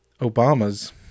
Obama's